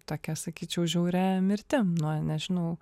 tokia sakyčiau žiauria mirtim nuo nežinau